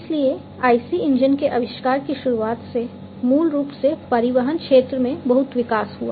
इसलिए IC engine के आविष्कार की शुरुआत से मूल रूप से परिवहन क्षेत्र में बहुत विकास हुआ